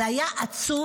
זה היה עצוב,